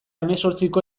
hemezortziko